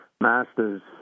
master's